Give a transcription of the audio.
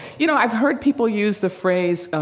you know, i've heard people use the phrase, ah,